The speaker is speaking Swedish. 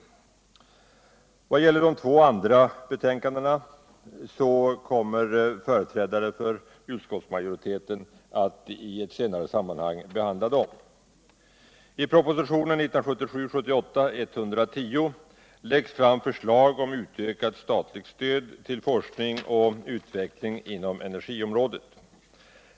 De iwvå andra betänkandena kommer företrädare för utskottsmajoriteten att behandla i ett senare sammanhang. I propositionen 1977/78:110 läggs fram förslag om en ökning av det statliga stödet till forskning och utveckling på energiområdet.